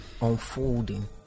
unfolding